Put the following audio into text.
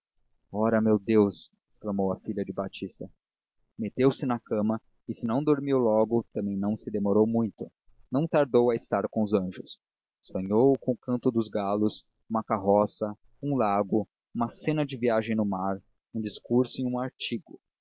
ora meu deus exclamou a filha de batista meteu-se na cama e se não dormiu logo também não se demorou muito não tardou a estar com os anjos sonhou com o canto dos galos uma carroça um lago uma cena de viagem do mar um discurso e um artigo